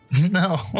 No